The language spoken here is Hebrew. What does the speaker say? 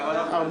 נכון.